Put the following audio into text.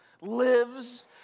lives